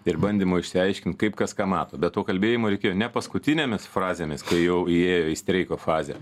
ir bandymo išsiaiškint kaip kas ką mato bet to kalbėjimo reikėjo ne paskutinėmis frazėmis kai jau įėjo į streiko fazę